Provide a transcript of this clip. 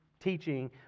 teaching